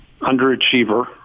Underachiever